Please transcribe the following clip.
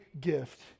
gift